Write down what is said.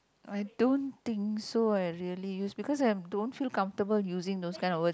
I don't think so eh really because I don't feel comfortable using those kind of words